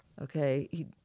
okay